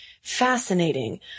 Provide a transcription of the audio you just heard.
fascinating